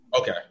Okay